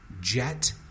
Jet